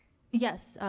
yes,